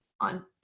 on